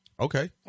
Okay